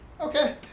Okay